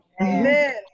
Amen